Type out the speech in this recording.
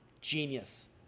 Genius